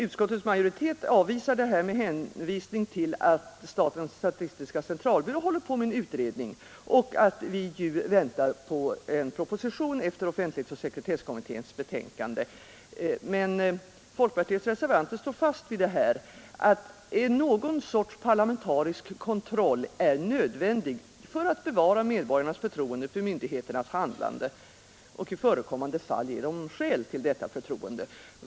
Utskottets majoritet avvisar förslaget i motionen med hänvisning till att statistiska centralbyrån håller på med en utredning och att vi väntar på en proposition efter offentlighetsoch sekretesslagstiftningskommitténs betänkande. Men folkpartiets reservanter står fast vid att någon sorts parlamentarisk kontroll är nödvändig för att bevara medborgarnas förtroende för myndigheternas handlande och i förekommande fall ge dem skäl till detta förtroende.